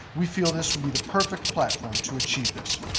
we feel this would be the perfect platform to achieve this.